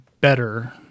better